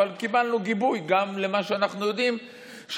אבל קיבלנו גיבוי למה שאנחנו יודעים,